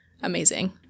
amazing